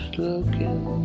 looking